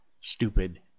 stupid